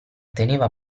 teneva